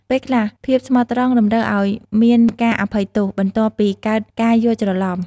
ពេលខ្លះ ភាពស្មោះត្រង់តម្រូវឱ្យមានការអភ័យទោស បន្ទាប់ពីកើតការយល់ច្រឡំ។